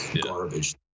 garbage